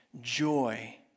joy